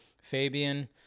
Fabian